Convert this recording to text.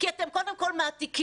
כי אתם קודם כל מעתיקים,